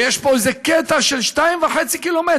ויש פה איזה קטע של 2.5 קילומטר